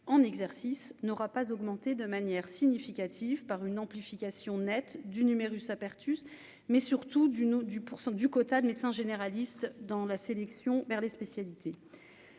en exercice n'aura pas augmenté de manière significative par une amplification nette du numerus apertus mais, surtout, du nom du % du quota de médecin généraliste dans la sélection vers les spécialités